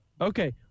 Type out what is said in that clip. Okay